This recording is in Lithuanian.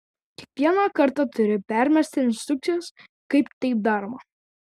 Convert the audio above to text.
kiekvieną kartą turi permesti instrukcijas kaip tai daroma